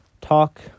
talk